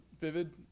vivid